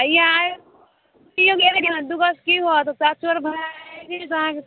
हैया आइ सिओ गेबे कयलनि दुगोसँ की होयत सारा चोर तऽ भागि जायत अहाँके